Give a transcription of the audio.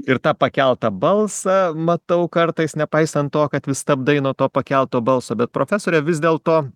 ir tą pakeltą balsą matau kartais nepaisant to kad vis stabdai nuo to pakelto balso bet profesore vis dėlto